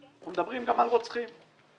מדברים גם על רוצחים.